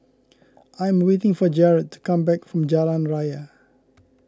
I am waiting for Jarrett to come back from Jalan Raya